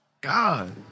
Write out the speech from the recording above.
God